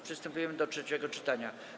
Przystępujemy do trzeciego czytania.